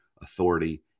authority